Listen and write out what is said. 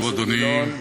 שלום, אדוני,